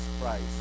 Christ